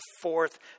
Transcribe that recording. fourth